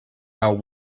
how